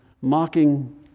mocking